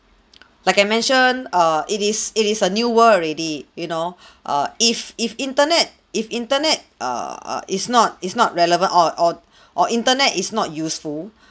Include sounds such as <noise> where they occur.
<noise> like I mention err it is it is a new world already you know <breath> err if if internet if internet err is not is not relevant or or <breath> or internet is not useful <breath>